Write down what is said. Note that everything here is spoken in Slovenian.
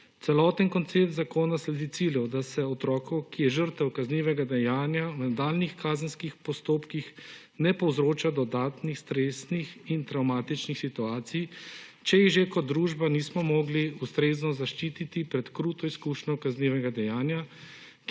Celoten koncept zakona sledi cilju, da se otroku, ki je žrtev kaznivega dejanja, v nadaljnjih kazenskih postopkih ne povzroča dodatnih stresnih in travmatičnih situacij, če ga že kot družba nismo mogli ustrezno zaščititi pred kruto izkušnjo kaznivega dejanja,